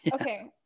Okay